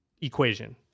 equation